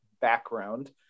background